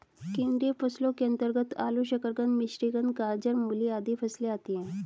कंदीय फसलों के अंतर्गत आलू, शकरकंद, मिश्रीकंद, गाजर, मूली आदि फसलें आती हैं